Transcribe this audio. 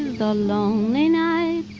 the lonely nights,